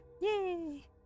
Yay